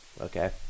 Okay